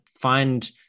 find